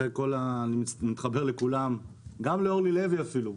אני מתחבר לכולם גם לאורלי לוי אפילו,